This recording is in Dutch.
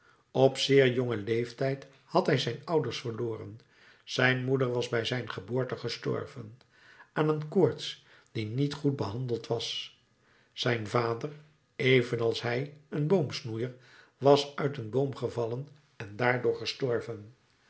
op zeer jongen leeftijd had hij zijn ouders verloren zijn moeder was bij zijn geboorte gestorven aan een koorts die niet goed behandeld was zijn vader evenals hij een boomsnoeier was uit een boom gevallen en daardoor gestorven